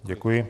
Děkuji.